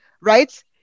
right